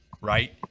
right